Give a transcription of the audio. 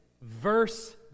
verse